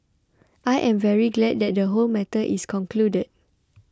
I am very glad that the whole matter is concluded